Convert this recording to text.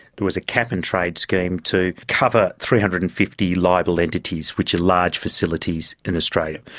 it was a cap and trade scheme to cover three hundred and fifty liable entities, which are large facilities in australia.